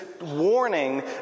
warning